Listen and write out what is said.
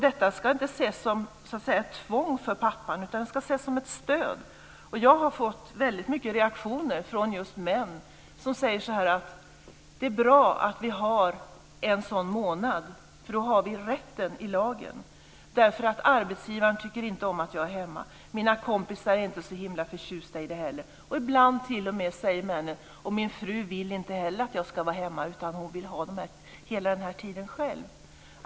Detta ska inte ses som ett tvång för pappan, utan som ett stöd. Jag har fått många reaktioner från män som säger: Det är bra att jag har en sådan månad, för då har jag den rätten i lagen. Arbetsgivaren tycker inte om att jag är hemma. Mina kompisar är inte så himla förtjusta i det heller. Ibland säger männen t.o.m.: Min fru vill inte heller att jag ska vara hemma. Hon vill ha hela tiden själv.